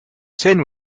tin